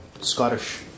Scottish